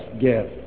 gift